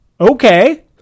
okay